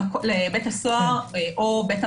הדיון יתקיים בנוכחות.